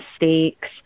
mistakes